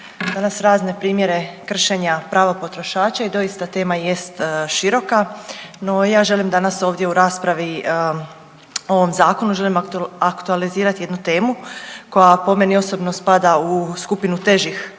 danas razne primjere kršenja prava potrošača i doista tema jest široka. No ja želim danas ovdje u raspravi o ovom zakonu želim aktualizirati jednu temu koja po meni osobno spada u skupinu težih